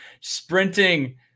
sprinting